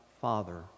Father